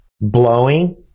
blowing